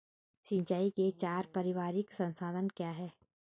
सिंचाई के चार पारंपरिक साधन क्या हैं?